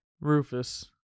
Rufus